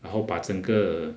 然后把整个